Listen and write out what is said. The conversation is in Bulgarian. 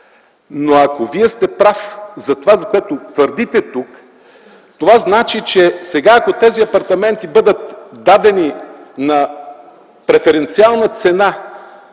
Ако Вие сте прав за това, което твърдите тук, означава, че ако сега тези апартаменти бъдат дадени на преференциална цена